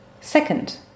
Second